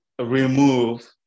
remove